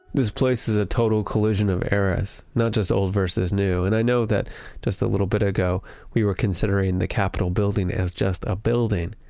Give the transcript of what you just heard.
this place is a total collision of eras. not just old versus new, and i know that just a little bit ago we were considering the capitol building as just a building,